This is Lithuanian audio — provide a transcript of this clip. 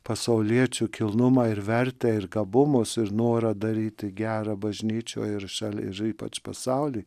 pasauliečių kilnumą ir vertę ir gabumus ir norą daryti gera bažnyčioje ir šalia ir ypač pasaulyje